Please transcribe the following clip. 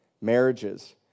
marriages